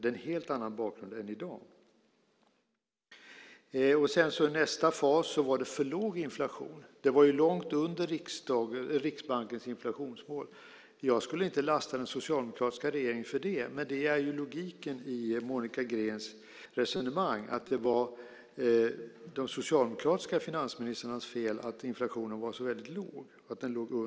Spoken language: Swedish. Det är en helt annan bakgrund än i dag. I nästa fas var det för låg inflation. Den var långt under Riksbankens inflationsmål. Jag skulle inte lasta den socialdemokratiska regeringen för det, men det är logiken i Monica Greens resonemang att det var de socialdemokratiska finansministrarnas fel att inflationen var så väldigt låg.